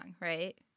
right